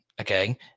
okay